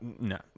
No